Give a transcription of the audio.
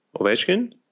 Ovechkin